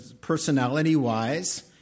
personality-wise